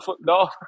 no